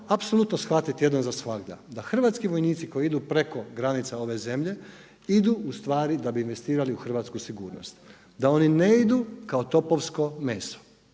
apsolutno shvatiti jednom za svagda, da hrvatski vojnici koji idu preko granica ove zemlje, idu ustvari da bi investirali u hrvatsku sigurnost. Da oni ne idu kao topovsko meso.